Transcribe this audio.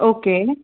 okay